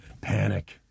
Panic